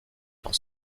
dans